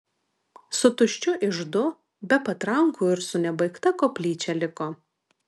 su tuščiu iždu be patrankų ir su nebaigta koplyčia liko